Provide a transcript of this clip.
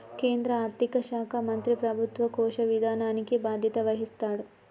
కేంద్ర ఆర్థిక శాఖ మంత్రి ప్రభుత్వ కోశ విధానానికి బాధ్యత వహిస్తాడు